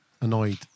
annoyed